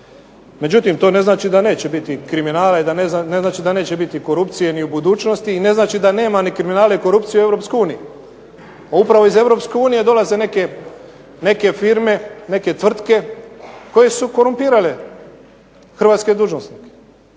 Međutim, to ne znači da neće biti kriminala i ne znači da neće biti korupcije ni u budućnosti. I ne znači da nema ni kriminala i korupcije u EU. Pa upravo iz EU dolaze neke firme, neke tvrtke koje su korumpirale hrvatske dužnosnike.